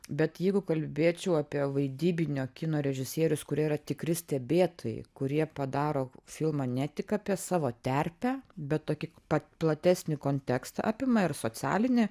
bet jeigu kalbėčiau apie vaidybinio kino režisierius kurie yra tikri stebėtojai kurie padaro filmą ne tik apie savo terpę bet tokį pat platesnį kontekstą apima ir socialinį